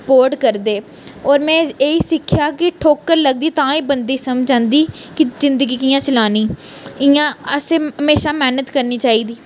sport करदे होर में एह् ही सिक्खेआ कि ठोकर लगदी तां ही बंदे गी समझ आंदी कि जिंदगी कि'यां चलानी इ'यां असें म्हेशां मैह्नत करनी चाहिदी